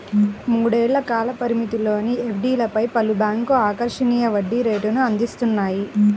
మూడేళ్ల కాల పరిమితిలోని ఎఫ్డీలపై పలు బ్యాంక్లు ఆకర్షణీయ వడ్డీ రేటును అందిస్తున్నాయి